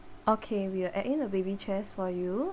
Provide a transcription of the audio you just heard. okay we will add in the baby chairs for you